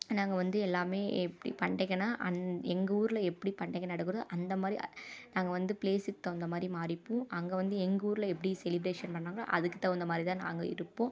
நாங்கள் வந்து எல்லாமே எப்படி பண்டிகைனா அன் எங்கள் ஊரில் எப்படி பண்டிகை நடக்குதோ அந்தமாதிரி நாங்கள் வந்து ப்ளேஸுக்கு தகுந்த மாதிரி மாறிப்போம் அங்கே வந்து எங்க ஊரில் எப்படி செலிப்ரேஷன் பண்ணிணாங்களோ அதுக்கு தகுந்த மாதிரிதான் நாங்கள் இருப்போம்